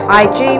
ig